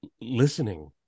listening